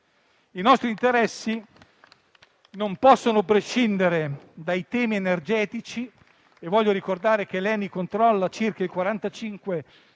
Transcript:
I nostri interessi non possono prescindere dai temi energetici e voglio ricordare che l'Eni controlla circa il 45